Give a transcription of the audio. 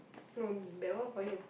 no that one for you